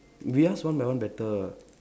we ask one by one better